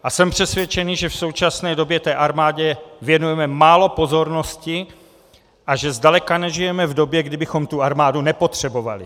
A jsem přesvědčený, že v současné době té armádě věnujeme málo pozornosti a že zdaleka nežijeme v době, kdy bychom tu armádu nepotřebovali.